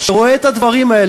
שרואה את הדברים האלה?